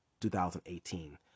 2018